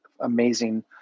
amazing